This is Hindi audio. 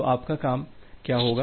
तो आपका काम क्या होगा